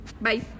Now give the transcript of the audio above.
Bye